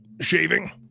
shaving